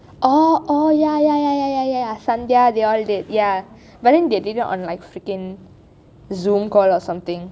oh ya ya ya ya ya ya ya sandhya they all did but then they did it on like freaking zoom call or something